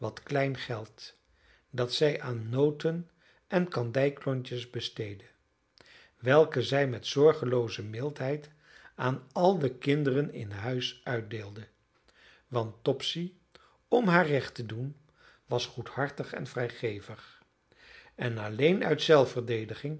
klein geld dat zij aan noten en kandijklontjes besteedde welke zij met zorgelooze mildheid aan al de kinderen in huis uitdeelde want topsy om haar recht te doen was goedhartig en vrijgevig en alleen uit zelfverdediging